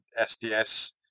SDS